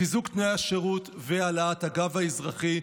את חיזוק תנאי השירות ואת העלאת הגב האזרחי.